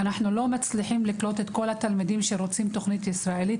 אנחנו לא מצליחים לקלוט את כל התלמידים שרוצים תוכנית ישראלית,